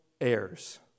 heirs